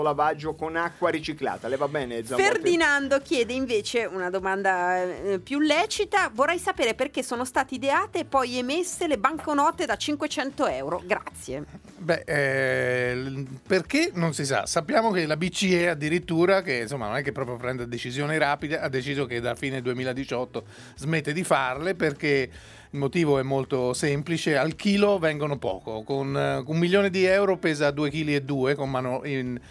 lavaggio con acqua riciclata. Le va bene, Zamote? Ferdinando chiede invece una domanda, eh, più lecita: "Vorrei sapere perché sono state ideate e poi emesse le banconote da 500 euro." Grazie. Beh, eh, l- perché? Non si sa. Sappiamo che la BCE addirittura, che, insomma, non è che proprio prende decisioni rapide, ha deciso che da fine 2018 smette di farle perché il motivo è molto semplice. Al chilo vengono poco. Con, eh, un milione di euro pesa due chili e due, con mano- in-